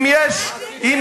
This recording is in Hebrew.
אם יש, מה עשיתם?